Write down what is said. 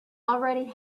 already